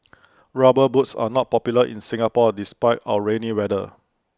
rubber boots are not popular in Singapore despite our rainy weather